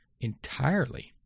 entirely